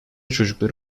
çocukları